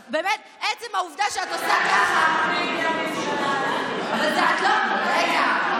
עצם העובדה שאת עושה ככה, אל תיקחי את זה אישית.